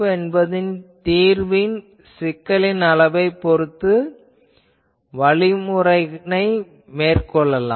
F தீர்வின் சிக்கலின் அளவினைப் பொறுத்து வழிமுறையினை மேற்கொள்ளலாம்